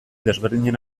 desberdinen